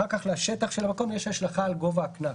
אחר כך לשטח של המקום יש השלכה על גובה הקנס.